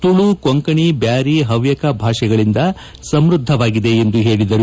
ತುಳು ಕೊಂಕಣಿ ಬ್ದಾರಿ ಹವ್ಯಕ ಭಾಷೆಗಳಿಂದ ಸಮೃದ್ಧವಾಗಿದೆ ಎಂದು ಹೇಳಿದರು